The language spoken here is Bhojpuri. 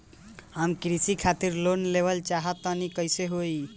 हम कृषि खातिर लोन लेवल चाहऽ तनि कइसे होई?